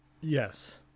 Yes